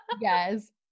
Yes